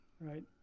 Right